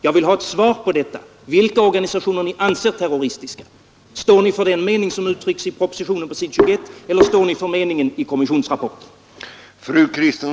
Jag vill ha ett svar på vilka organisationer ni anser terroristiska. Står ni för den mening som uttrycks i propositionen på s. 21 eller står ni för meningen i kommissionsrapporten?